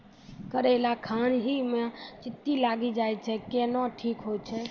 करेला खान ही मे चित्ती लागी जाए छै केहनो ठीक हो छ?